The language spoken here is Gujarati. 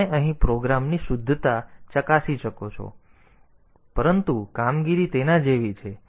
તેથી પ્રોગ્રામની શુદ્ધતા તમે ચકાસી શકો છો પરંતુ કામગીરી તેના જેવી છે